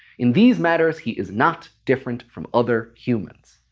in these matters he is not different from other humans.